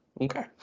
Okay